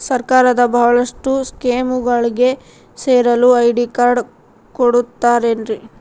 ಸರ್ಕಾರದ ಬಹಳಷ್ಟು ಸ್ಕೇಮುಗಳಿಗೆ ಸೇರಲು ಐ.ಡಿ ಕಾರ್ಡ್ ಕೊಡುತ್ತಾರೇನ್ರಿ?